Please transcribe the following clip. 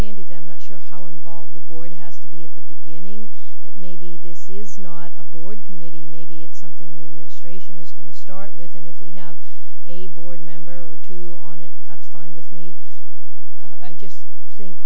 sandy them not sure how involved the board has to be at the beginning but maybe this is not a board committee maybe it's something the administration is going to start with and if we have a board member or two on it that's fine with me i just think